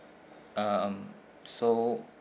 um so